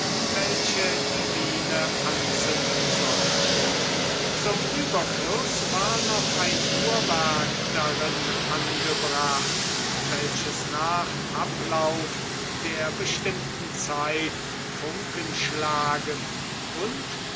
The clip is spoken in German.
welche die mine anzünden sollten zum ueberfluß war noch ein uhrwerk darin angebracht welches nach ablauf der bestimmten zeit funken schlagen und